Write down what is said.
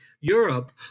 Europe